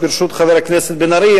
ברשות חבר הכנסת בן-ארי,